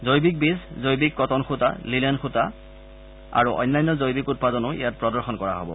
জৈৱিক বীজ জৈৱিক কটন সূতা লিনেন সূতা আৰু অন্যান্য জৈৱিক উৎপাদনো ইযাত প্ৰদৰ্শন কৰা হব